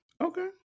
Okay